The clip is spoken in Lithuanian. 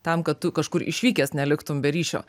tam kad tu kažkur išvykęs neliktum be ryšio